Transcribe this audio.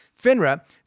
FINRA